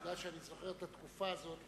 עובדה שאני זוכר את התקופה הזאת.